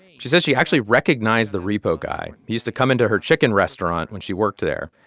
she says she actually recognized the repo guy. he used to come into her chicken restaurant when she worked there.